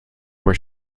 were